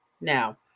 Now